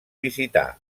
visitar